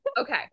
okay